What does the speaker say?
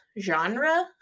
genre